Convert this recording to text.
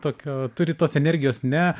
tokio turi tos energijos ne